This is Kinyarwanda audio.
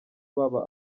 baba